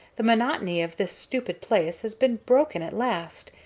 the monotony of this stupid place has been broken at last,